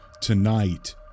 tonight